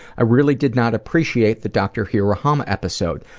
i really did not appreciate the dr. hirohama episode.